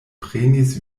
prenis